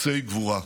עצי גבורה.